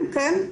כן.